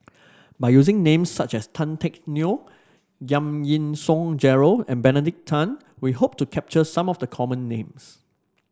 by using names such as Tan Teck Neo Giam Yean Song Gerald and Benedict Tan we hope to capture some of the common names